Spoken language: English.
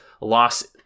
loss